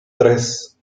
tres